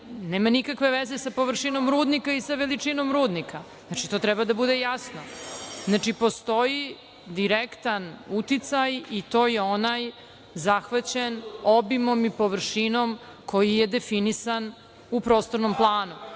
nema nikakve veze sa površinom rudnika i sa veličinom rudnika. To treba da bude jasno. Postoji direktan uticaj i to je onaj zahvaćen obimom i površinom koji je definisan u prostornom planu. Što